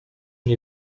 nie